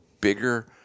bigger